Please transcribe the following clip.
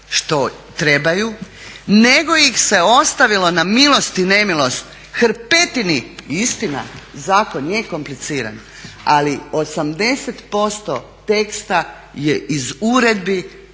što trebaju, nego ih se ostavilo na milost i nemilost hrpetini. Istina zakon je kompliciran, ali 80% teksta je iz uredbi